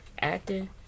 acting